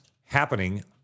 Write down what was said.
happening